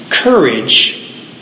Courage